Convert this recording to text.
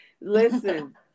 Listen